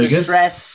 stress